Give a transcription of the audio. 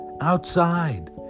outside